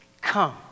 come